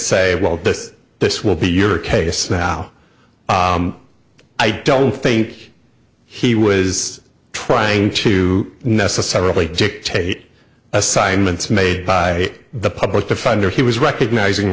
say well this this will be your case now i don't think he was trying to necessarily dictate assignments made by the public defender he was recognizing